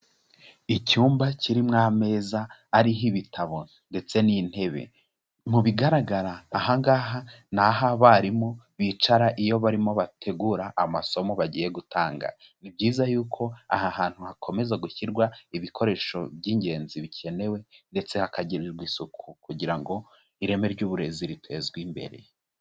Icyumba kirimo ameza ariho ibitabo ndetse n'intebe, mu bigaragara aha ngaha ni aho abarimu bicara iyo barimo bategura amasomo bagiye gutanga, ni byiza y'uko aha hantu hakomeza gushyirwa ibikoresho by'ingenzi bikenewe ndetse hakagirirwa isuku kugira ngo ireme ry'uburezi ritezwe imbere.